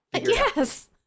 Yes